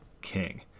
king